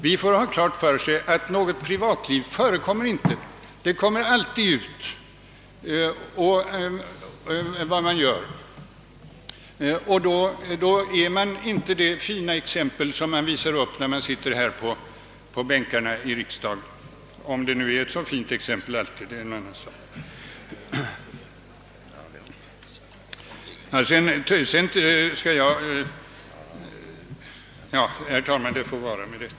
Vi får ha klart för oss att det inte förekommer något privatliv, ty vad man gör kommer alltid ut, och då är man inte längre det fina föredöme som då man sitter här i riksdagsbänken — om det nu alltid är ett så fint föredöme, men det är en annan sak.